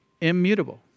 Immutable